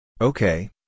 Okay